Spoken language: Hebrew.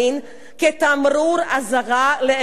כתמרור אזהרה לאנושות כולה.